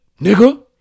Nigga